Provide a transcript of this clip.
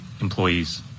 employees